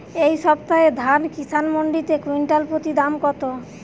এই সপ্তাহে ধান কিষান মন্ডিতে কুইন্টাল প্রতি দাম কত?